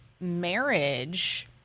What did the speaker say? marriage